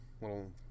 little